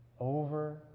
Over